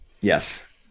Yes